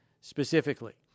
specifically